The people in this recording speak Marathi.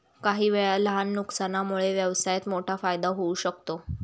काहीवेळा लहान नुकसानामुळे व्यवसायात मोठा फायदा होऊ शकतो